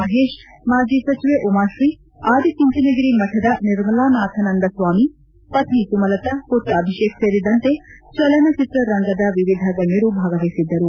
ಮಹೇಶ್ ಮಾಜಿ ಸಚಿವೆ ಉಮಾತ್ರೀ ಆದಿಚುಂಚನಗಿರಿ ಮಠದ ನಿರ್ಮಲಾನಂದನಾಥ ಸ್ವಾಮಿ ಪತ್ನಿ ಸುಮಲತಾ ಪುತ್ರ ಅಭಿಷೇಕ್ ಸೇರಿದಂತೆ ಚಲನಚಿತ್ರ ರಂಗದ ವಿವಿಧ ಗಣ್ಣರು ಭಾಗವಹಿಸಿದ್ದರು